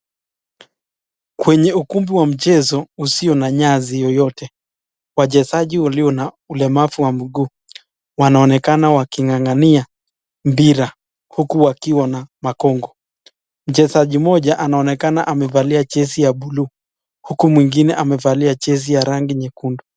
Kwenye ukumbi wa mchezo usio na nyasi yoyote, wachezaji walio na ulemavu wa mguu wanaonekana waking'ang'ania mpira huku wakiwa na magongo. Mchezaji mmoja anaonekana amevalia jezi ya buluu huku mwengine amevalia jezi ya rangi nyekundu.